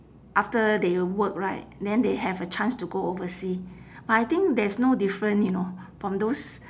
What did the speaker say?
after they work right then they have a chance to go oversea but I think there is no different you know from those